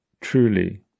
truly